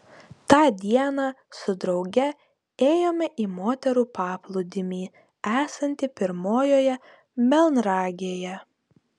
tą dieną su drauge ėjome į moterų paplūdimį esantį pirmojoje melnragėje